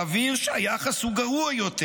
סביר שהיחס הוא גרוע יותר,